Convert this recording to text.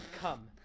come